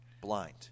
blind